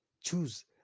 Choose